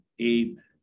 Amen